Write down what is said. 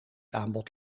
aanbod